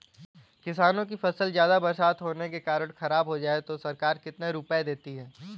किसानों की फसल ज्यादा बरसात होने के कारण खराब हो जाए तो सरकार कितने रुपये देती है?